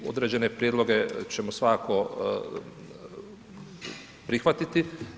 Određene prijedloge ćemo svakako prihvatiti.